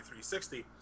360